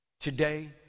Today